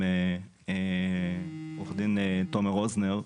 עם עו"ד תומר רוזנר,